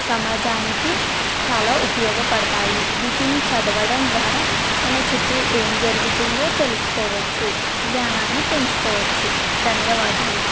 సమాజానికి చాలా ఉపయోగపడతాయి వీటిని చదవడం ద్వారా మన చుట్టూ ఏం జరుగుతుందో తెలుసుకోవచ్చు జ్ఞానాన్ని పెంచుకోవచ్చు ధన్యవాదాలు